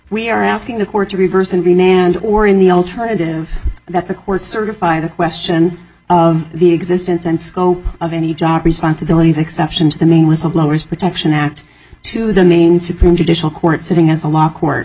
we are asking the court to reverse and we nand or in the alternative that the court certify the question of the existence and scope of any job responsibilities exception to the main whistleblowers protection act to the main supreme judicial court sitting as a l